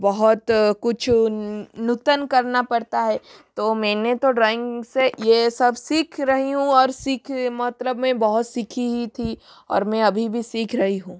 बहुत कुछ नूतन करना पड़ता है तो मैंने तो ड्राइंग से ये सब सीख रही हूँ और सीख मतलब मैं बहुत सीखी ही थी और मैं अभी भी सीख रही हूँ